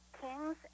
Kings